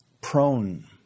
prone